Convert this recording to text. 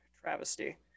Travesty